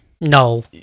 No